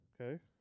okay